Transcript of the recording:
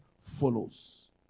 follows